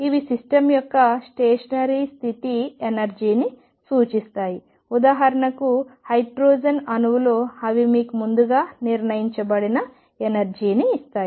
ఇవి సిస్టమ్ యొక్క స్టేషనరీ స్థితి ఎనర్జీని సూచిస్తాయి ఉదాహరణకు హైడ్రోజన్ అణువులో అవి మీకు ముందుగా నిర్ణయించబడిన ఎనర్జీ ని ఇస్తాయి